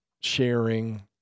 sharing